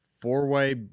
four-way